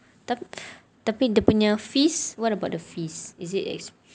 tap~ tapi dia punya fees what about the fees